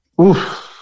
Oof